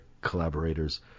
collaborators